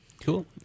Cool